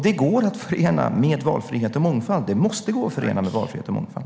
Det går att förena med valfrihet och mångfald, och det måste gå att förena med valfrihet och mångfald.